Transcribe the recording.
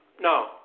No